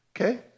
Okay